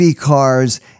cars